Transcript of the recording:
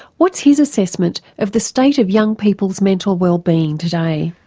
what's his assessment of the state of young people's mental well being today.